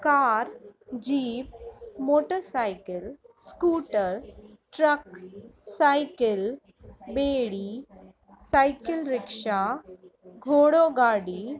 car jeep motorcycle scooter truck cycle ॿेड़ी cycle rickshaw घोड़ो गाॾी